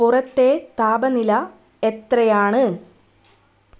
പുറത്തെ താപനില എത്രയാണ്